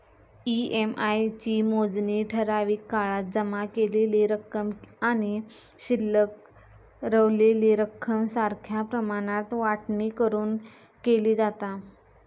EMI ची मोजणी ठराविक काळात जमा केलेली रक्कम आणि शिल्लक रवलेली रक्कम सारख्या प्रमाणात वाटणी करून केली जाता